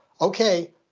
okay